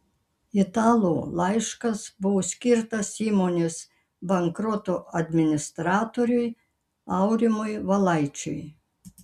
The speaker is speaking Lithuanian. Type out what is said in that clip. italų laiškas buvo skirtas įmonės bankroto administratoriui aurimui valaičiui